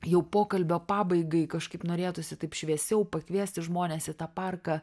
jau pokalbio pabaigai kažkaip norėtųsi taip šviesiau pakviesti žmones į tą parką